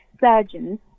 surgeons